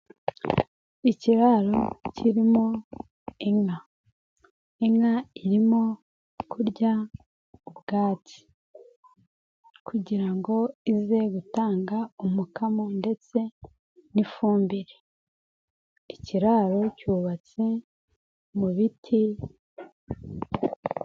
Ikiraro kirimo inka. Inka irimo kurya ubwatsi kugira ngo ize gutanga umukamo ndetse n'ifumbire. Ikiraro cyubatse mu biti.